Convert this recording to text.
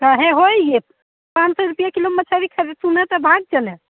काहे होई पाँच सौ रुपया किलो मछली सूनत भाग चले